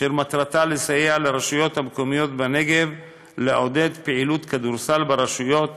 אשר מטרתה לסייע לרשויות המקומיות בנגב לעודד פעילות כדורסל ברשויות